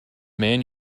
man